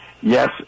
yes